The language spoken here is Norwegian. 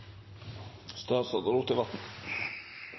Statsråd